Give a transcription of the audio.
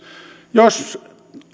jos